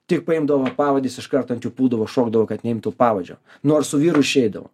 tik paimdavo pavadį jis iš karto ant jų puldavo šokdavo kad neimtų pavadžio nors su vyru išeidavo